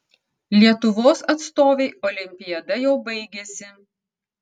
lietuvos atstovei olimpiada jau baigėsi